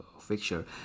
fixture